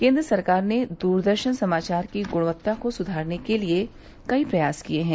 केन्द्र सरकार ने दूरदर्शन समाचार की गुणवत्ता को सुधारने के लिए कई प्रयास किये हैं